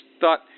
thought